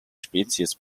spezies